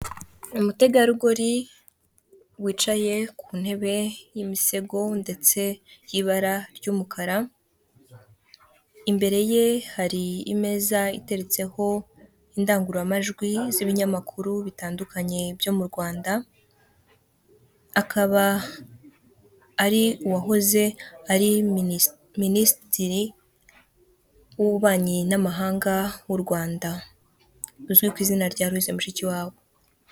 Umutegarugori wicaye ku ntebe y'imisego ndetse y'ibara ry'umukara, imbere ye hari imeza iteretseho indangururamajwi z'ibinyamakuru bitandukanye byo mu Rwanda akaba ari uwahoze ari minisitiri w'ububanyi n'amahanga w'u Rwanda uzwi ku izina rya muse Luise Mushikiwabo.